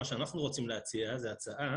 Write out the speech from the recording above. מה שאנחנו רוצים להציע היא הצעה